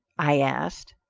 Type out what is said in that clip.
i asked.